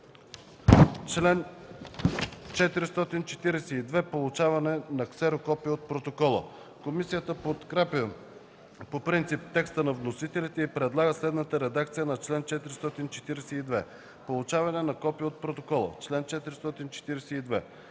Член 442 – „Получаване на ксерокопие от протокола”. Комисията подкрепя по принцип текста на вносителите и предлага следната редакция на чл. 442: „Получаване на копие от протокола Чл. 442.